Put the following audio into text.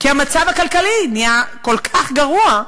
כי המצב הכלכלי נהיה כל כך גרוע,